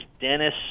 Dennis